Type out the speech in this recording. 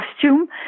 costume